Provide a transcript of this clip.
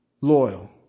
loyal